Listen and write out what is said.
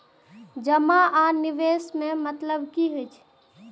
जमा आ निवेश में मतलब कि होई छै?